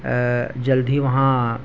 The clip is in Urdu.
جلد ہی وہاں